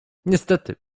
niestety